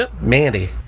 Mandy